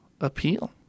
appeal